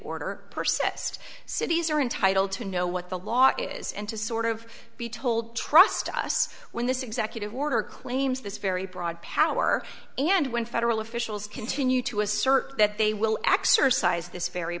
persist cities are entitled to know what the law is and to sort of be told trust us when this executive order claims this very broad power and when federal officials continue to assert that they will exercise this very